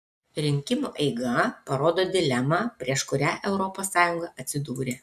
rinkimų eiga parodo dilemą prieš kurią europos sąjunga atsidūrė